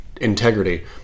integrity